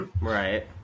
right